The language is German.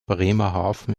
bremerhaven